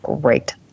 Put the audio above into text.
Great